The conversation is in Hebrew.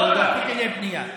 לא רק היטלי בנייה.